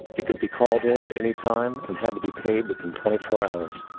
it could be called in at any time, and had to be paid within twenty four hours.